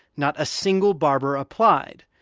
not a single barber applied.